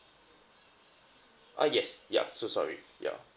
uh yes yup so sorry yeah